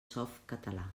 softcatalà